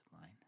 line